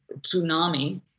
tsunami